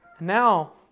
Now